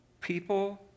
people